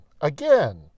again